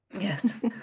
Yes